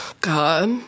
God